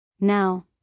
Now